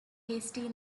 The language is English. hasty